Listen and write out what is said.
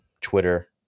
Twitter